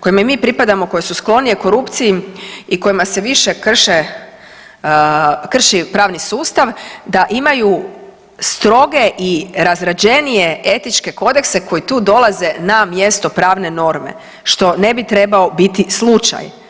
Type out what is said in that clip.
kojima mi pripadamo koje su sklonije korupciji i kojima se više krše, krši pravni sustav da imaju stroge i razrađenije etičke kodekse koji tu dolaze na mjesto pravne norme što ne bi trebao biti slučaj.